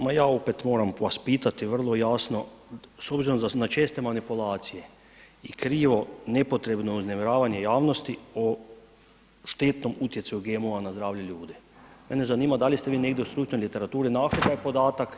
Ma ja opet moram vas pitati vrlo jasno, s obzirom na česte manipulacije i krivo nepotrebno uznemiravanje javnosti o štetnom utjecaju GMO-a na zdravlje ljudi, mene zanima da li ste vi negdje u stručnoj literaturi našli taj podatak?